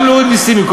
גם להוריד מסים,